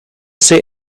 say